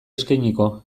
eskainiko